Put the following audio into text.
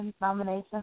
nomination